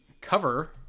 cover